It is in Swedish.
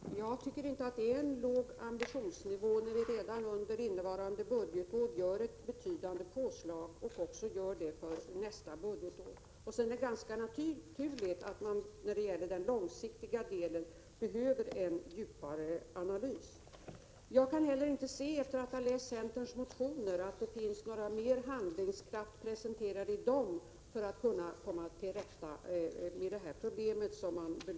Herr talman! Jag tycker inte att det är att ha en låg ambitionsnivå när vi redan under innevarande budgetår gör ett betydande påslag och när vi gör det också för nästa budgetår. Det är vidare ganska naturligt att man när det gäller den långsiktiga delen behöver en djupare analys. Efter att ha läst centerns motioner kan jag inte se att det i dem presenteras mer av handlingskraft för att kunna komma till rätta med problemen.